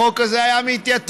החוק הזה היה מתייתר,